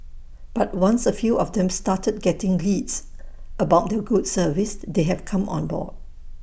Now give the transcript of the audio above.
but once A few of them started getting leads because of their good service they have come on board